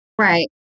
Right